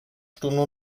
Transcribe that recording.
stunde